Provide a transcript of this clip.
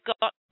got